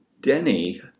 Denny